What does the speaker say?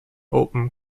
open